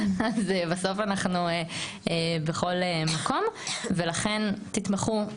אז בסוף אנחנו בכל מקום ולכן תתמכו,